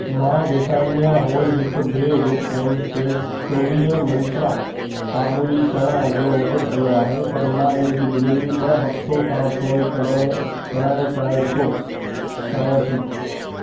मां Britannia whole wheat bread एन ट्व चोवीह मंत्रा काबूली चणा जो ऑर्डर कयो आहे पर मां हिन जी डिलीवरी ॿ हफ़्तो खां पोइ करणु कराइणु चाहियां थो चाहियां थी